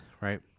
Right